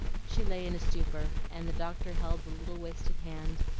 she lay in a stupor, and the doctor held the little wasted hand,